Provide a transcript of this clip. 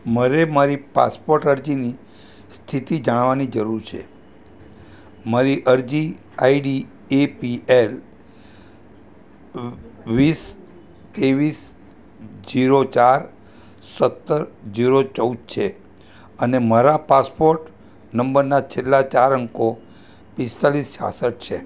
મારે મારી પાસપોર્ટ અરજીની સ્થિતિ જાણવાની જરૂર છે મારી અરજી આઈડી એપીએલ વીસ ત્રેવીસ જીરો ચાર સત્તર જીરો ચૌદ છે અને મારા પાસપોર્ટ નંબરના છેલ્લા ચાર અંકો પિસ્તાલીસ છાસઠ છે